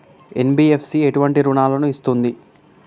NBFC ఎటువంటి రుణాలను ఇస్తుంది?